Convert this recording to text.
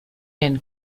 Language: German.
den